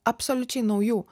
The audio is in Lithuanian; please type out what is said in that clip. absoliučiai naujų